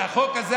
והחוק הזה,